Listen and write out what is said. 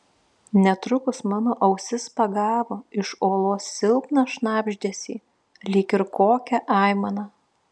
netrukus mano ausis pagavo iš olos silpną šnabždesį lyg ir kokią aimaną